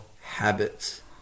habits